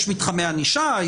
יש מתחמי ענישה,